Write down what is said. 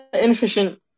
inefficient